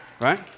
Right